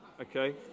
Okay